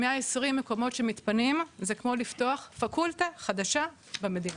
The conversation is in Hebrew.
120 מקומות שמתפנים זה כמו לפתוח פקולטה חדשה למדינה.